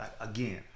again